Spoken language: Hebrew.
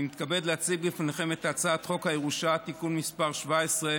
אני מתכבד להציג בפניכם את הצעת חוק הירושה (תיקון מס' 17),